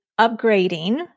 upgrading